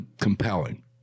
compelling